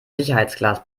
sicherheitsglas